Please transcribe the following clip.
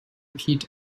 peat